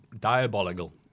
diabolical